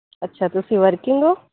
ਅੱਛਾ ਤੁਸੀਂ ਵਰਕਿੰਗ ਹੋ